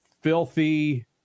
filthy